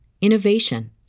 innovation